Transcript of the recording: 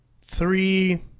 three